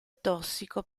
tossico